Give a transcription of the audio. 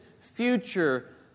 future